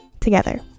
together